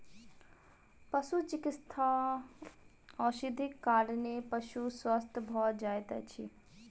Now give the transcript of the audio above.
पशुचिकित्सा औषधिक कारणेँ पशु स्वस्थ भ जाइत अछि